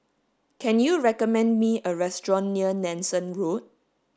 can you recommend me a restaurant near Nanson Road